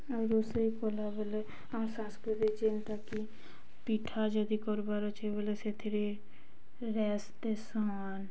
ଆଉ ରୋଷେଇ କଲାବେଳେ ଆମ ସାଂସ୍କୃତି ଯେନ୍ଟାକି ପିଠା ଯଦି କର୍ବାର୍ ଅଛେ ବୋଲେ ସେଥିରେ ରେସ୍ତେସନ୍